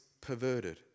perverted